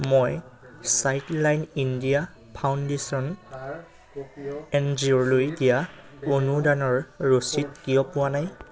মই Childline India Foundation এন জি অ'লৈ দিয়া অনুদানৰ ৰচিদ কিয় পোৱা নাই